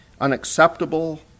unacceptable